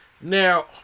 Now